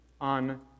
on